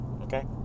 Okay